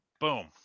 Boom